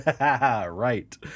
Right